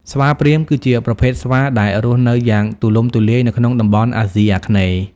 ស្វាព្រាហ្មណ៍ គឺជាប្រភេទស្វាដែលរស់នៅយ៉ាងទូលំទូលាយនៅក្នុងតំបន់អាស៊ីអាគ្នេយ៍។